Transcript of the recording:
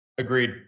Agreed